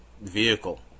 vehicle